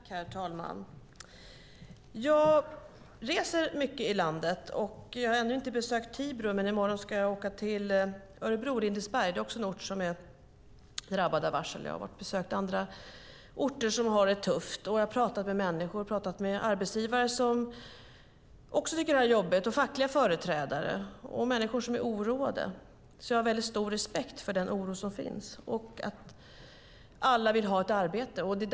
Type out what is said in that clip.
Herr talman! Jag reser mycket i landet. Jag har ännu inte besökt Tibro, men i morgon ska jag åka till Örebro och Lindesberg, som också är en ort som är drabbad av varsel. Jag har besökt andra orter som har det tufft och pratat med arbetsgivare som också tycker att det här är jobbigt, med fackliga företrädare och med människor som är oroade. Jag har stor respekt för den oro som finns och för att alla vill ha ett arbete.